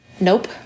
nope